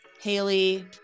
Haley